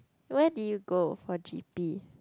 where did you go for g_p